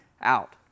out